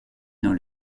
dans